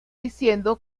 diciendo